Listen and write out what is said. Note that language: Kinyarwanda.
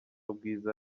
bwiza